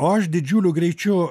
o aš didžiuliu greičiu